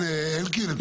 כן, אלקין.